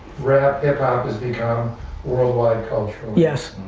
rap, hiphop has become worldwide, culturally. yes.